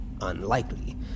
Unlikely